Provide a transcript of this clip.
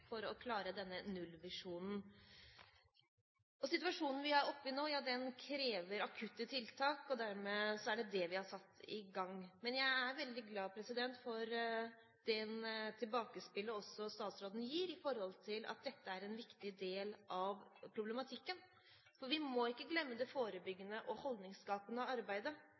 for å klare denne nullvisjonen. Situasjonen vi er oppe i nå, krever akutte tiltak. Dermed er det det vi har satt i gang. Jeg er veldig glad for det tilbakespillet statsråden gir, at dette er en viktig del av problematikken, for vi må ikke glemme det forebyggende og det holdningsskapende arbeidet.